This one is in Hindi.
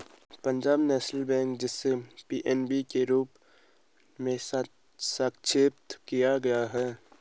पंजाब नेशनल बैंक, जिसे पी.एन.बी के रूप में संक्षिप्त किया गया है